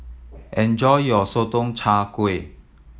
enjoy your Sotong Char Kway